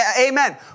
Amen